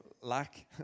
lack